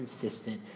consistent